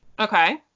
Okay